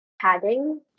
padding